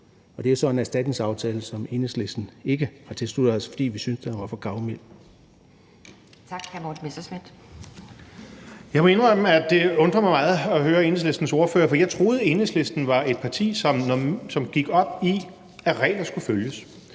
det er så en erstatningsaftale, som vi i Enhedslisten ikke har tilsluttet os, fordi vi syntes, at den var for gavmild.